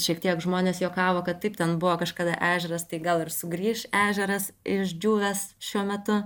šiek tiek žmonės juokavo kad taip ten buvo kažkada ežeras tai gal ir sugrįš ežeras išdžiūvęs šiuo metu